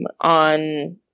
on